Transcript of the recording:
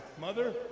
mother